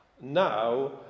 now